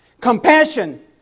compassion